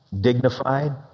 dignified